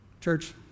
Church